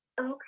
Okay